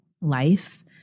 life